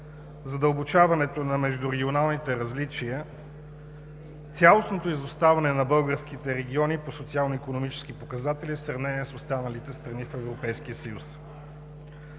задълбочаването на междурегионалните различия, цялостното изоставане на българските региони по социално-икономически показатели в сравнение с останалите страни в Европейския съюз.